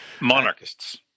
monarchists